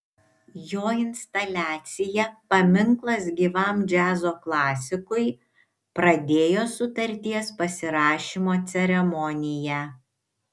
jo instaliacija paminklas gyvam džiazo klasikui pradėjo sutarties pasirašymo ceremoniją